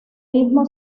mismo